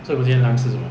so 你们今天 lunch 吃什么